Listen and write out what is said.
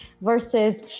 versus